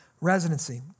residency